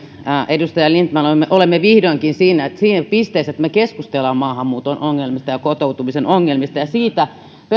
edustaja lindtman olemme vihdoinkin siinä pisteessä että me keskustelemme maahanmuuton ongelmista ja kotoutumisen ongelmista ja siitä perussuomalaisena olen erittäin